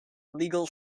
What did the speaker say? legal